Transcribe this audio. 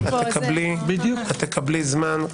תקבלי זמן,